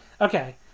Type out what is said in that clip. Okay